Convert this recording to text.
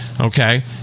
Okay